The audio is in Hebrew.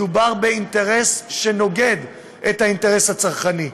מדובר באינטרס שנוגד את האינטרס הצרכני.